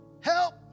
Help